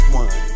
one